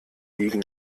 liegen